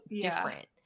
different